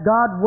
God